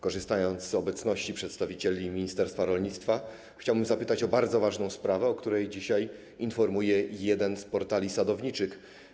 Korzystając z obecności przedstawicieli ministerstwa rolnictwa, chciałbym zapytać o bardzo ważną sprawę, o której dzisiaj informuje jeden z portali sadowniczych.